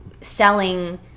selling